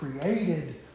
created